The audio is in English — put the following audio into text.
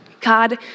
God